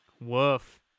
Woof